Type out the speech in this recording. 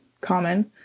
common